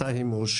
מתי היא מאושרת,